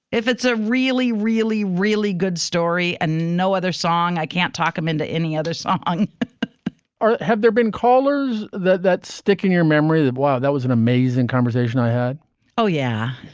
if it's a really, really, really good story and no other song, i can't talk them into any other song or have there been callers that that stick in your memory? wow. that was an amazing conversation i had oh, yeah,